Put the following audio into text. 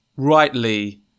rightly